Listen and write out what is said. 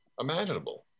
imaginable